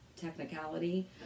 technicality